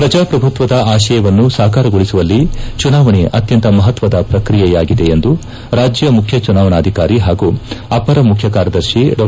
ಪ್ರಜಾಪ್ರಭುತ್ವದ ಆಶಯವನ್ನು ಸಾಕಾರಗೊಳಸುವಲ್ಲಿ ಚುನಾವಣೆ ಅತ್ಯಂತ ಮಹತ್ವದ ಪ್ರಕ್ರಿಯೆಯಾಗಿದೆ ಎಂದು ರಾಜ್ಯ ಮುಖ್ಯ ಚುನಾವಣಾಧಿಕಾರಿ ಹಾಗೂ ಅಪರ ಮುಖ್ಯ ಕಾರ್ಯದರ್ಶಿ ಡಾ